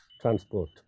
transport